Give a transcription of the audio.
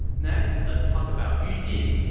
next, let's talk about yu jin,